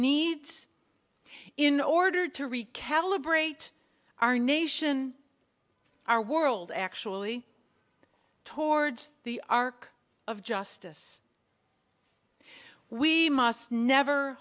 needs in order to recalibrate our nation our world actually towards the arc of justice we must never